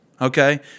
okay